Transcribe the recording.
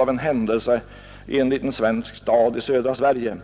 av en händelse in i ett samtal i en mindre stad i södra Sverige.